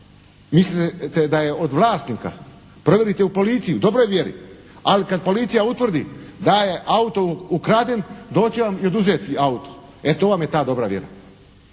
mislite da je od vlasnika. Provjerite u policiji, u dobroj vjeri, ali kad policija utvrdi da je auto ukraden doći će vam i oduzeti auto. E to vam je ta dobra vjera.